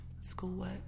Schoolwork